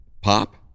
pop